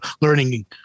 learning